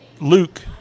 Luke